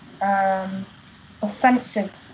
offensive